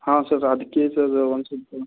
ಹಾಂ ಸರ್ ಅದಕ್ಕೆ ಸರ್ ಒಂದು ಸ್ವಲ್ಪ